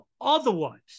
otherwise